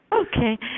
Okay